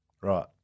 Right